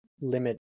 Limit